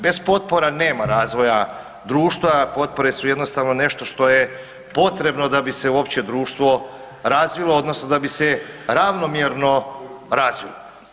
Bez potpora nema razvoja društva, potpore su jednostavno nešto što je potrebno da bi se uopće društvo razvilo, odnosno da bi se ravnomjerno razvilo.